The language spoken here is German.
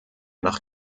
nach